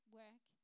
work